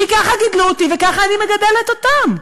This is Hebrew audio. כי ככה גידלו אותי וככה אני מגדלת אותם.